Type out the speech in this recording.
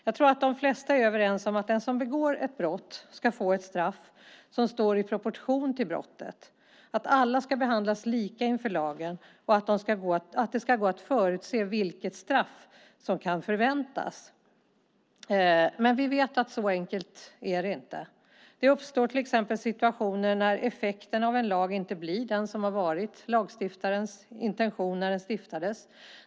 Jag tror att de flesta är överens om att den som begår ett brott ska få ett straff som står i proportion till brottet, att alla ska behandlas lika inför lagen och att det ska gå att förutse vilket straff som kan förväntas. Vi vet att det inte är så enkelt. Det uppstår situationer när effekten av en lag inte blir den som var lagstiftarens intention när den stiftades.